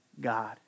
God